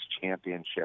championship